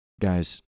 guys